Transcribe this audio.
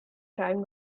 track